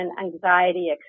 anxiety